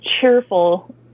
cheerful